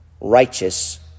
righteous